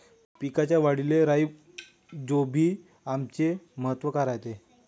पिकाच्या वाढीले राईझोबीआमचे महत्व काय रायते?